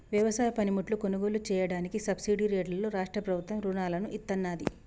వ్యవసాయ పనిముట్లు కొనుగోలు చెయ్యడానికి సబ్సిడీ రేట్లలో రాష్ట్ర ప్రభుత్వం రుణాలను ఇత్తన్నాది